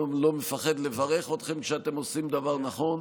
ולא מפחד לברך אתכם כשאתם עושים דבר נכון,